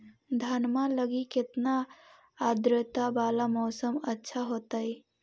धनमा लगी केतना आद्रता वाला मौसम अच्छा होतई?